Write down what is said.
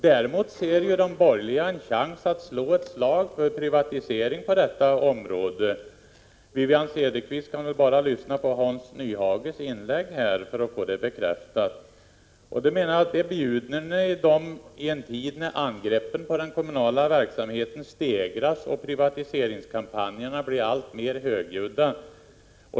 Däremot ser de borgerliga en chans att slå ett slag för privatiseringen på detta område — Wivi-Anne Cederqvist behövde bara lyssna på Hans Nyhages inlägg för att få det bekräftat. Detta bjuder ni dem, i en tid när angreppen på den kommunala verksamheten stegras och privatiseringskampanjerna blir alltmer högljudda.